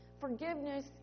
Forgiveness